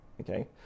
okay